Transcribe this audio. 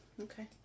Okay